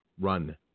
Run